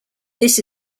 this